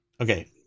Okay